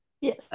yes